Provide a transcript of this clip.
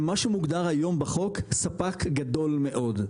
הם מה שמוגדר היום בחוק ספק גדול מאוד.